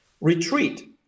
retreat